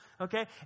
Okay